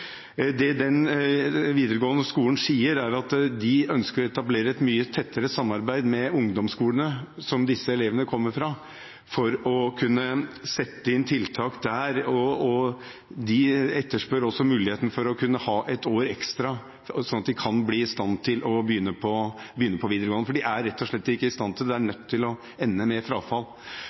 Det denne videregående skolen sier, er at de ønsker å etablere et mye tettere samarbeid med ungdomsskolene som disse elevene kommer fra, for å kunne sette inn tiltak der. De etterspør også muligheten for å kunne ha et år ekstra, slik at elevene kan bli i stand til å begynne på videregående skole, for de er rett og slett ikke i stand til det. Det er nødt til å ende med frafall.